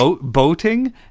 boating